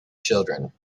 children